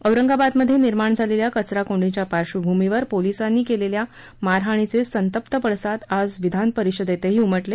औरंगाबादमध्ये निर्माण झालेल्या कचराकोंडीच्या पार्श्वभूमीवर पोलीसांनी केलेल्या मारहाणीचे संतप्त पडसाद आज विधानपरिषदेतही उमटले